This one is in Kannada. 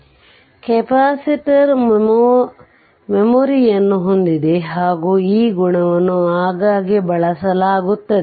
ಆದ್ದರಿಂದ ಕೆಪಾಸಿಟರ್ ಮೆಮೊರಿಯನ್ನು ಹೊಂದಿದೆ ಹಾಗೂ ಈ ಗುಣವನ್ನು ಆಗಾಗ್ಗೆ ಬಳಸಲಾಗುತ್ತದೆ